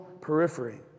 periphery